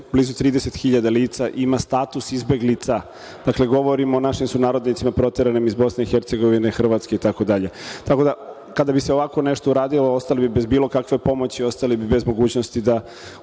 blizu 30.000 lica ima status izbeglica. Dakle, govorimo o našim sunarodnicima proteranim iz Bosne i Hercegovine, Hrvatske itd. Kada bi se ovako nešto uradilo, ostali bismo bez bilo kakve pomoći, ostali bismo bez mogućnosti da